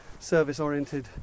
service-oriented